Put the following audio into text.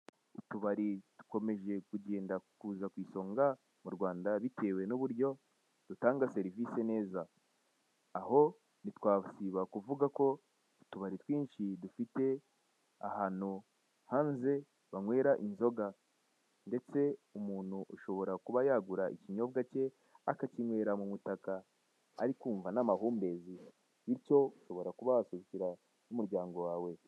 Utubari dukomeje kugenda tuza ku isonga mu Rwanda bitewe n'uburyo dutanga servisi neza. Aho ntitwasiba kuvuga ko utubari twinshi dufite ahantu hanze banywera inzoga, ndetse umuntu ashobora kuba yagura ikinyobwa cye akakinywera mu mutaka ari kumva n'amahumbezi; bityo ushobora kuba wahasohokera n'umuryango wawe.